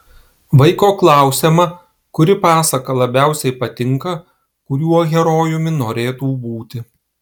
vaiko klausiama kuri pasaka labiausiai patinka kuriuo herojumi norėtų būti